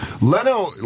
Leno